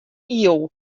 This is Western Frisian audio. iuw